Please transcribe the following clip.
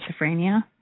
schizophrenia